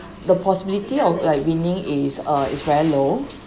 the possibility of like winning is uh is very low